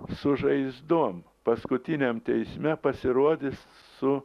su žaizdom paskutiniam teisme pasirodys su